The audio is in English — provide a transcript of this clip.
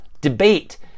Debate